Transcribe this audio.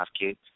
kids